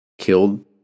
killed